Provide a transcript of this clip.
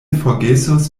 forgesos